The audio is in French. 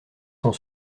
sont